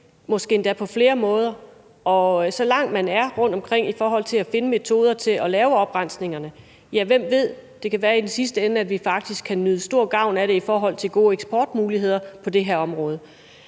måske endda på flere måder. Og så langt, man er rundtomkring, i forhold til at finde metoder til at lave oprensningerne, hvem ved så, om det kan være, vi i den sidste ende faktisk kan nyde stor gavn af det i forhold til gode eksportmuligheder på det her område.